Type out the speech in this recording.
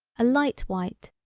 a light white,